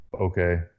okay